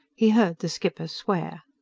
he heard the skipper swear.